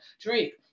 Drake